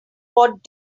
what